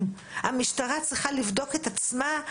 המשטרה צריכה לבדוק את עצמה.